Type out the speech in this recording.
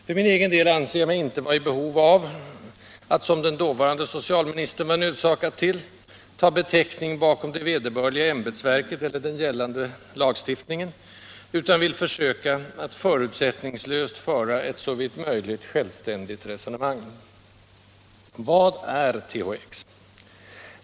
För min egen del anser jag mig icke vara i behov att — som den förutvarande socialministern var nödsakad till — ta betäckning bakom det vederbörliga ämbetsverket eller den gällande lagstiftningen, utan vill försöka att förutsättningslöst föra ett, såvitt möjligt, självständigt resonemang. Vad är THX?